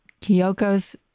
Kyoko's